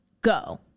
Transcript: go